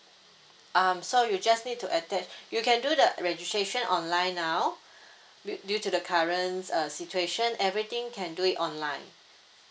um so you just need to atta~ you can do the registration online now wi~ due to the current uh situation everything can do it online